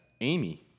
Amy